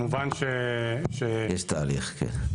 יש תהליך, כן.